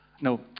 No